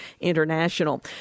International